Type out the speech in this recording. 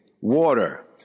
water